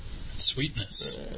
Sweetness